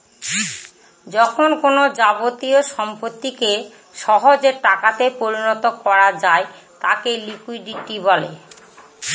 যখন কোনো যাবতীয় সম্পত্তিকে সহজে টাকাতে পরিণত করা যায় তাকে লিকুইডিটি বলে